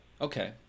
Okay